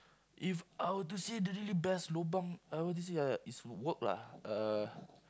if I were to say the really best lobang I were to say uh is work lah uh